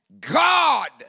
God